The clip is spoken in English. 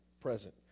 present